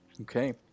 Okay